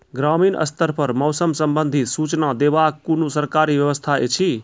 ग्रामीण स्तर पर मौसम संबंधित सूचना देवाक कुनू सरकारी व्यवस्था ऐछि?